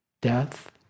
death